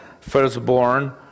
firstborn